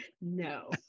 no